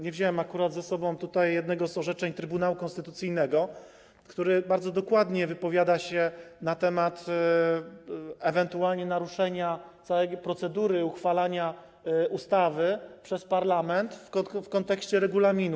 Nie wziąłem akurat ze sobą tutaj jednego z orzeczeń Trybunału Konstytucyjnego, który bardzo dokładnie wypowiada się na temat ewentualnie naruszenia całej procedury uchwalania ustawy przez parlament w kontekście regulaminu.